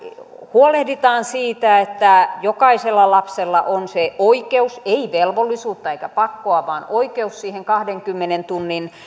huolehditaan siitä että jokaisella lapsella on se oikeus ei velvollisuutta eikä pakkoa siihen kahdenkymmenen tunnin